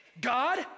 God